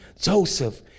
Joseph